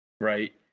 Right